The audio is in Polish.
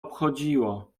obchodziło